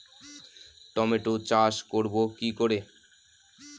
Tomato চাষ করব কি করে?